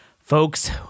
Folks